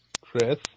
Chris